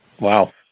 Wow